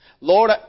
Lord